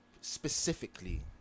specifically